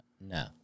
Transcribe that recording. No